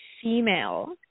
female